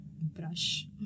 brush